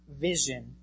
vision